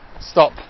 stop